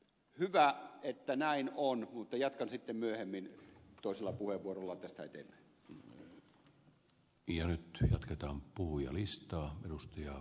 hyvä että näin on mutta jatkan sitten myöhemmin toisella puheenvuorolla tästä eteenpäin